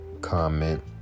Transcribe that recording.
Comment